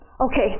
okay